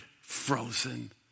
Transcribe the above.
frozen